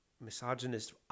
misogynist